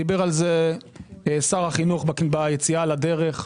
דיבר על זה שר החינוך ביציאה לדרך.